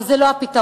אבל זה לא הפתרון,